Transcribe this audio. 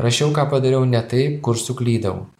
rašiau ką padariau ne taip kur suklydau